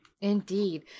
Indeed